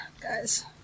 Guys